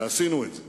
ועשינו את זה,